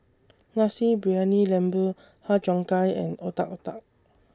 Nasi Briyani Lembu Har Cheong Gai and Otak Otak